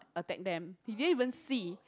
attack them he didn't even see